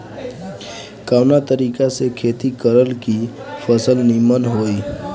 कवना तरीका से खेती करल की फसल नीमन होई?